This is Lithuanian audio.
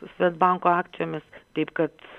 svedbanko akcijomis taip kad